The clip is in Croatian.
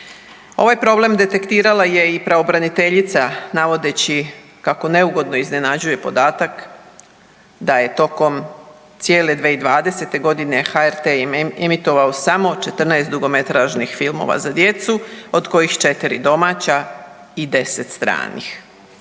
Ovaj problem detektirala je pravobraniteljica navodeći kako neugodno iznenađuje podatak da je tokom cijele 2020.g. HRT emitirao samo 14 dugometražnih filmova za djecu od kojih četiri domaća i 10 stranih.